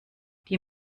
die